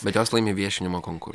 bet jos laimi viešinimo konkur